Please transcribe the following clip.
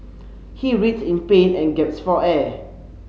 he writhed in pain and gasped for air